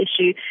issue